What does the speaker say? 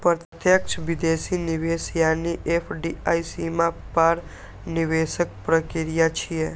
प्रत्यक्ष विदेशी निवेश यानी एफ.डी.आई सीमा पार निवेशक प्रक्रिया छियै